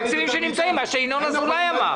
מה שינון אזולאי אמר.